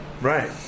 Right